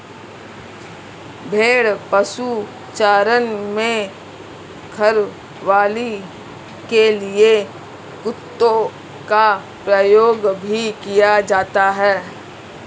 भेड़ पशुचारण में रखवाली के लिए कुत्तों का प्रयोग भी किया जाता है